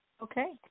Okay